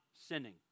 sinning